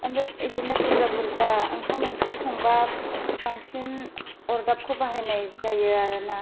ओमफ्राय इदिनो बुरजा बुरजा ओंखाम ओंख्रि संबा बांसिन अरदाबखौ बाहायनाय जायो आरोना